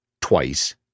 twice